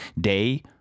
day